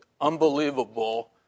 unbelievable